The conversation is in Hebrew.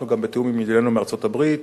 אנחנו גם בתיאום עם ידידינו מארצות-הברית.